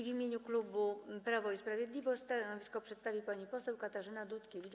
W imieniu klubu Prawo i Sprawiedliwość stanowisko przedstawi pani poseł Katarzyna Dutkiewicz.